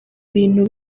ibintu